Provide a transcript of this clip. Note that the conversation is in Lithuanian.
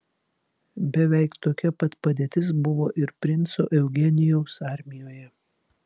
beveik tokia pat padėtis buvo ir princo eugenijaus armijoje